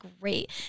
great